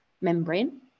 membrane